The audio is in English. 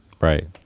right